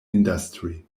industry